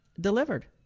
delivered